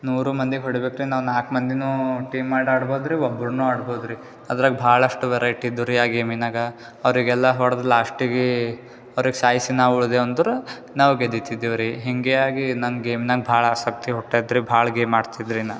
ನೂರೂ ಮಂದಿಗೆ ಹೊಡಿಬೇಕು ರೀ ನಾವು ನಾಲ್ಕು ಮಂದಿಯೂ ಟೀಮ್ ಮಾಡಿ ಆಡ್ಬೋದು ರೀ ಒಬ್ರೂ ಆಡ್ಬೋದು ರೀ ಅದ್ರಾಗೆ ಭಾಳಷ್ಟು ವೆರೈಟಿದ್ದು ರೀ ಆ ಗೇಮಿನಾಗ ಅವರಿಗೆಲ್ಲ ಹೊಡ್ದು ಲಾಶ್ಟಿಗೆ ಅವರಿಗೆ ಸಾಯಿಸಿ ನಾವು ಉಳಿದೆವು ಅಂದ್ರೆ ನಾವು ಗೆದಿತಿದ್ದೆವು ರೀ ಹಿಂಗೆ ಆಗಿ ನಂಗೆ ಗೇಮ್ದಾಗೆ ಭಾಳ ಆಸಕ್ತಿ ಹುಟ್ಟಿದೆ ರೀ ಭಾಳ ಗೇಮ್ ಆಡ್ತಿದ್ದೆ ರೀ ನಾ